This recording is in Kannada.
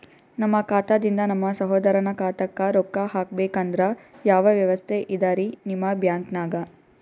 ನಮ್ಮ ಖಾತಾದಿಂದ ನಮ್ಮ ಸಹೋದರನ ಖಾತಾಕ್ಕಾ ರೊಕ್ಕಾ ಹಾಕ್ಬೇಕಂದ್ರ ಯಾವ ವ್ಯವಸ್ಥೆ ಇದರೀ ನಿಮ್ಮ ಬ್ಯಾಂಕ್ನಾಗ?